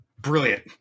Brilliant